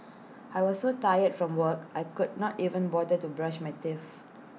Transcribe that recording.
I was so tired from work I could not even bother to brush my teeth